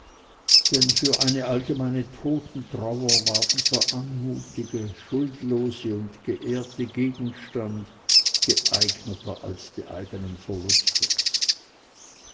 denn für eine allgemeine totentrauer war dieser anmutige schuldlose und geehrte gegenstand geeigneter als die eigenen verluste